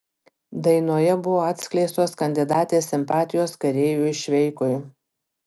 dainoje buvo atskleistos kandidatės simpatijos kareiviui šveikui